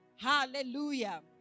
Hallelujah